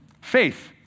Faith